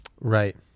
Right